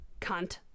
Cunt